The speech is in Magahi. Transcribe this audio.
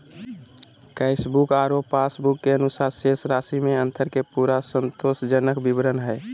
कैशबुक आरो पास बुक के अनुसार शेष राशि में अंतर के पूरा संतोषजनक विवरण हइ